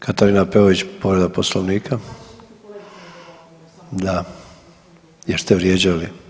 Katarina Peović, povreda Poslovnika. … [[Upadica iz klupe se ne razumije]] Da, jer ste vrijeđali.